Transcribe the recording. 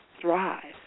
thrive